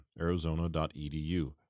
Arizona.edu